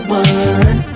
one